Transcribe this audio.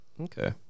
Okay